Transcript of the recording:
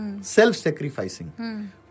Self-sacrificing